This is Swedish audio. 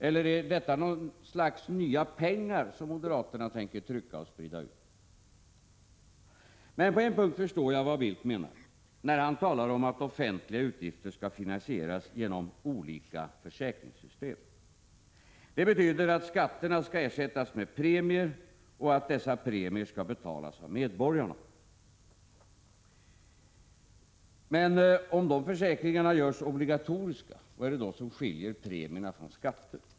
Eller är detta något slags nya pengar som moderaterna tänker trycka och sprida? Men på en punkt förstår jag vad Bildt menar, nämligen när han talar om att offentliga utgifter skall finansieras genom olika försäkringssystem. Det betyder att skatterna skall ersättas med premier och att dessa premier skall betalas av medborgarna. Men om de försäkringarna görs obligatoriska, vad är det då som skiljer premierna från skatter?